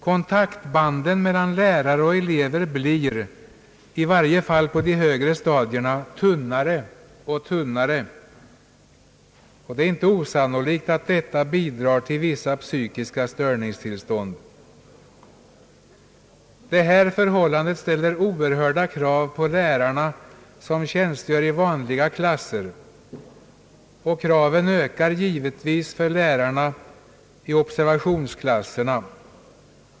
Kontaktbanden mellan lärare och elever — i varje fall på de högre stadierna — blir tunnare och tunnare. Det är inte osannolikt att detta bidrar till vissa psykiska störningstillstånd. Detta förhållande ställer oerhörda krav på de lärare som tjänstgör i vanliga klasser, och kraven ökar givetvis för lärare i observationsklasserna.